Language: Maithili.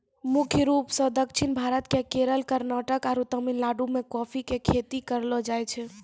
मुख्य रूप सॅ दक्षिण भारत के केरल, कर्णाटक आरो तमिलनाडु मॅ कॉफी के खेती करलो जाय छै